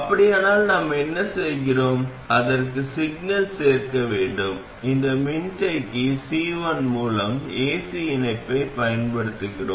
அப்படியானால் நாம் என்ன செய்கிறோம் அதற்கு சிக்னல் சேர்க்க வேண்டும் இந்த மின்தேக்கி C1 மூலம் ac இணைப்பைப் பயன்படுத்துகிறோம்